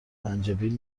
زنجبیل